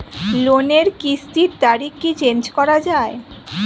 লোনের কিস্তির তারিখ কি চেঞ্জ করা যায়?